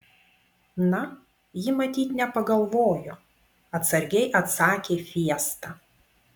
na ji matyt nepagalvojo atsargiai atsakė fiesta